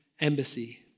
embassy